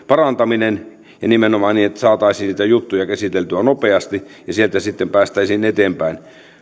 parantaminen ja nimenomaan niin että saataisiin niitä juttuja käsiteltyä nopeasti ja sieltä sitten päästäisiin eteenpäin